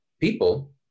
people